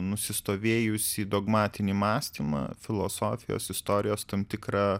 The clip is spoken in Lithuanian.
nusistovėjusį dogmatinį mąstymą filosofijos istorijos tam tikrą